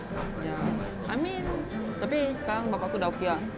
ya I mean tapi sekarang bapak aku dah okay ah